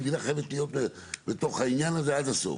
המדינה חייבת להיות בתוך העניין הזה עד הסוף.